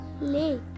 lake